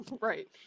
Right